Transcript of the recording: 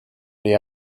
the